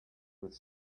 with